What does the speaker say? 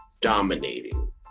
dominating